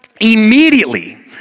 Immediately